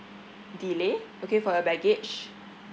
delay okay for your baggage